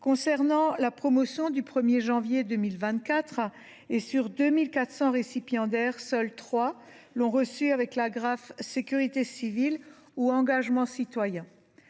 Concernant la promotion du 1 janvier 2024, seuls trois récipiendaires sur 2 400 l’ont reçue avec l’agrafe « sécurité civile » ou « engagement citoyen ».